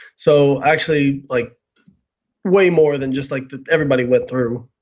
so actually like way more than just like everybody went through,